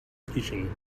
teaching